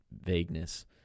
vagueness